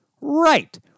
Right